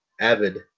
avid